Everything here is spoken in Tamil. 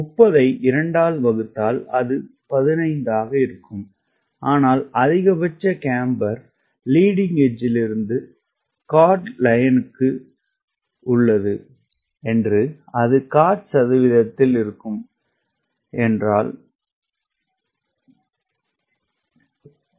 30 ஐ 2 ஆல் வகுத்தால் அது 15 ஆக இருக்கும் ஆனால் அதிகபட்ச கேம்பர் முன்னணி விளிம்பில் இருந்து கார்ட் கோடுடன் உள்ளது என்று அது கார்ட் சதவீதத்தில் இருக்கும் என்று அது கூறுகிறது